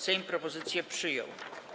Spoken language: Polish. Sejm propozycję przyjął.